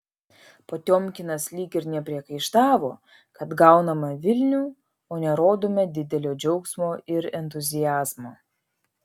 potiomkinas lyg ir priekaištavo kad gauname vilnių o nerodome didelio džiaugsmo ir entuziazmo